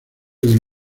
del